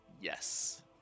Yes